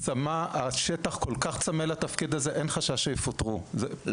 המעמד שלהם ספציפית זה משהו שהוגדר בתקנות,